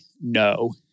no